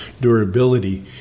durability